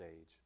age